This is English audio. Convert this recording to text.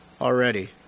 already